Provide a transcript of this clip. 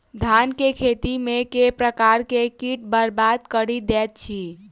धान केँ खेती मे केँ प्रकार केँ कीट बरबाद कड़ी दैत अछि?